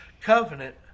covenant